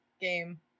game